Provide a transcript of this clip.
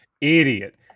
idiot